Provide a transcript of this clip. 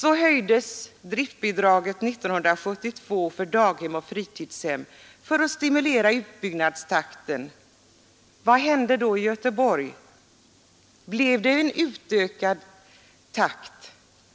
År 1972 höjde man driftbidraget för daghem och fritidshem för att stimulera utbyggnadstakten. Vad hände då i Göteborg? Blev det en snabbare utbyggnadstakt?